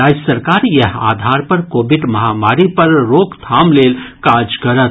राज्य सरकार इएह आधार पर कोविड महामारी पर रोकथाम लेल काज करत